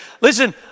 listen